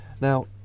Now